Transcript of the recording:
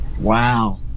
Wow